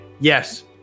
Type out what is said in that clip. yes